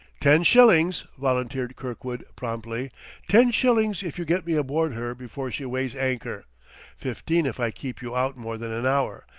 ten shillings, volunteered kirkwood promptly ten shillings if you get me aboard her before she weighs anchor fifteen if i keep you out more than an hour,